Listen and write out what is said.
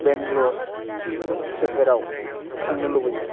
बेंग्ल'र सोहोराव थांनो लुबैयो